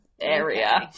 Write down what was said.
area